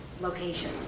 location